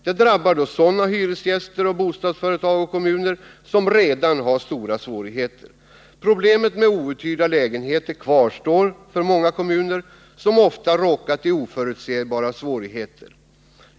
Det drabbar då sådana hyresgäster, bostadsföretag och kommuner som redan har stora svårigheter. Problemet med outhyrda lägenheter kvarstår för många kommuner som ofta råkat i oförutsebara svårigheter.